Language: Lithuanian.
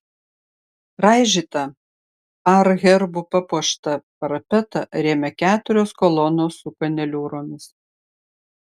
raižytą par herbu papuoštą parapetą rėmė keturios kolonos su kaneliūromis